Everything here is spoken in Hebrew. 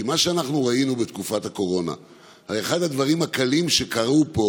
כי אנחנו ראינו שבתקופת הקורונה אחד הדברים הקלים שקרו פה,